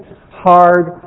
hard